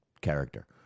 character